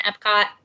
Epcot